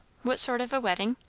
what sort of a wedding?